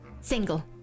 Single